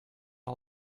all